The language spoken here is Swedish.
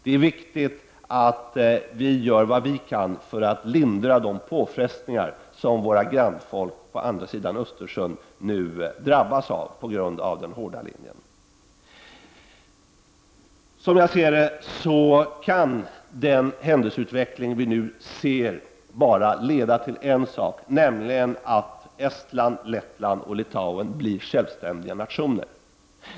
Det är viktigt att vi gör vad vi kan för att lindra de påfrestningar som våra grannfolk på andra sidan Östersjön nu drabbas av på grund av den hårda linjen. Som jag ser det, kan den händelseutveckling vi nu ser bara leda till en sak, nämligen att Estland, Lettland och Litauen blir självständiga nationer.